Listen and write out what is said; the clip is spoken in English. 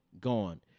gone